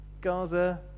Gaza